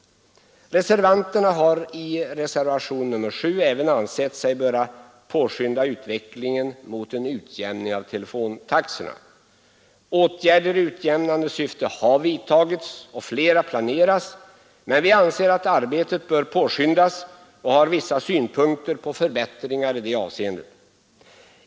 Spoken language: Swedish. Reservanterna har i reservationen 7 även ansett sig böra påskynda utvecklingen mot en utjämning av telefontaxorna. Åtgärder i utjämnande syfte har vidtagits och flera planeras, men vi anser att arbetet bör påskyndas och har vissa synpunkter på förbättringar i det avseendet.